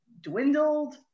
dwindled